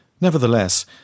Nevertheless